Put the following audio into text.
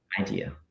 idea